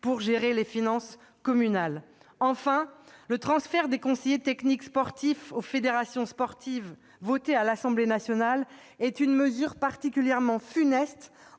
de gérer les finances communales. Enfin, le transfert des conseillers techniques sportifs aux fédérations, adopté par l'Assemblée nationale, est une mesure particulièrement funeste,